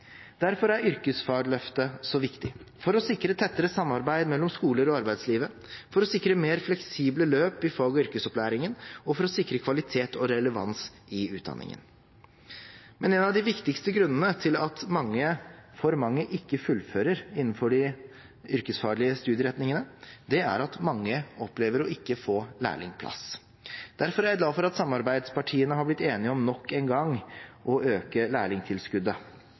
Derfor er yrkesfagløftet så viktig for å sikre tettere samarbeid mellom skolene og arbeidslivet, for å sikre mer fleksible løp i fag- og yrkesopplæringen og for å sikre kvalitet og relevans i utdanningen. En av de viktigste grunnene til at for mange ikke fullfører innenfor de yrkesfaglige studieretningene, er at mange opplever å ikke få lærlingplass. Derfor er jeg glad for at samarbeidspartiene er blitt enige om nok en gang å øke lærlingtilskuddet